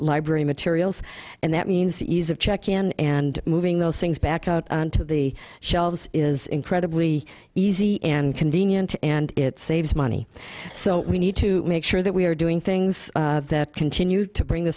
library materials and that means ease of check in and moving those things back out to the shelves is incredibly easy and convenient and it saves money so we need to make sure that we are doing things that continue to bring the